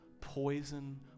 poison